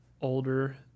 older